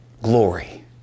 Glory